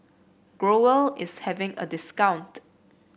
Growell is having a discount